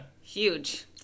Huge